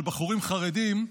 של בחורים חרדים,